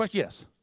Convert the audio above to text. like yes.